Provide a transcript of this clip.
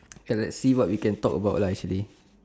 okay let's see what we can talk about lah actually